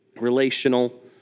relational